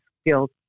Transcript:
skills